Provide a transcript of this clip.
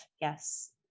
Yes